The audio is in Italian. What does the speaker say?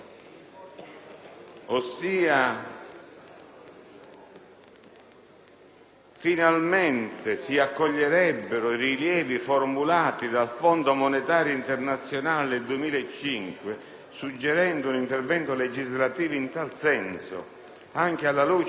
finalmente si accoglierebbero i rilievi formulati dal Fondo monetario internazionale del 2005, suggerendo un intervento legislativo in tal senso, anche alla luce dei risultati positivi raggiunti dagli ordinamenti di altri Paesi,